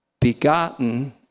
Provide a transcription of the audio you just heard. begotten